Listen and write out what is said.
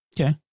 Okay